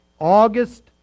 August